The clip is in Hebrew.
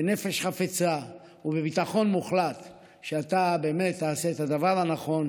בנפש חפצה ובביטחון מוחלט שאתה באמת תעשה את הדבר הנכון